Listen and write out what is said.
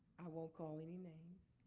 i won't call any names.